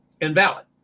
invalid